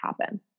happen